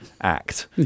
act